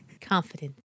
Confident